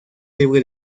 libre